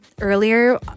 earlier